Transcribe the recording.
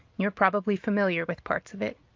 you're probably familiar with parts of it.